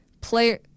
Player